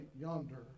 yonder